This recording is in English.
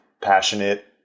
passionate